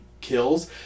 kills